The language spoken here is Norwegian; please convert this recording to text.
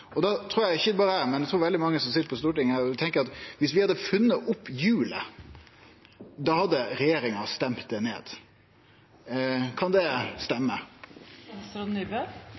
Ikkje berre eg, men eg trur veldig mange som sit på Stortinget, tenkjer at om vi hadde funne opp hjulet, hadde regjeringa stemt det ned. Kan det